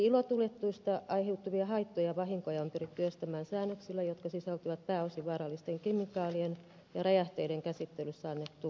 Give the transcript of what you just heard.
ilotulituksesta aiheutuvia haittoja ja vahinkoja on pyritty estämään säännöksillä jotka sisältyvät pääosin vaarallisten kemikaalien ja räjähteiden käsittelyssä annettuun lakiin